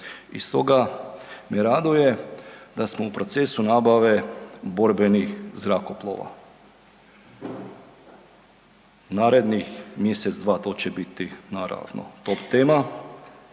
i stoga me raduje da smo u procesu nabave borbenih zrakoplova. Narednih mjesec, dva, to će biti naravno top tema,